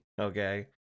okay